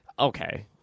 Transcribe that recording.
Okay